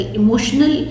emotional